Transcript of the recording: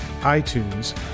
iTunes